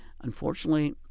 Unfortunately